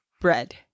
bread